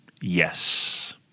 Yes